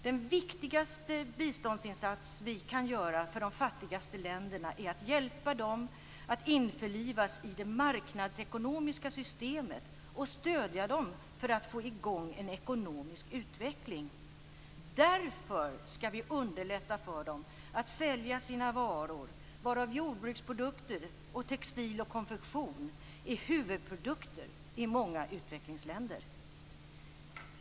Den viktigaste biståndsinsats vi kan göra för de fattigaste länderna är att hjälpa dem att införlivas i det marknadsekonomiska systemet och stödja dem för att få i gång en ekonomisk utveckling. Därför skall vi underlätta för dem att sälja sina varor, varav jordbruksprodukter, textil och konfektion är huvudprodukter i många utvecklingsländer.